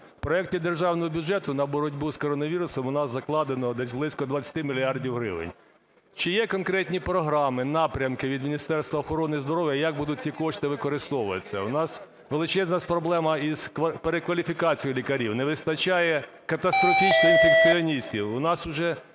В проекті Державного бюджету на боротьбу з коронавірусом у нас закладено десь близько 20 мільярдів гривень. Чи є конкретні програми, напрямки від Міністерства охорони здоров'я, як будуть ці кошти використовуватися? У нас величезна проблема із перекваліфікацією лікарів, не вистачає катастрофічно інфекціоністів,